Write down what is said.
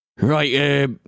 Right